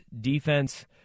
defense